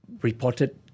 reported